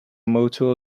motto